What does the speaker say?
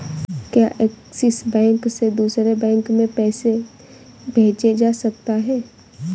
क्या Axis bank से दूसरे बैंक में पैसे भेजे जा सकता हैं?